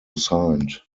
signed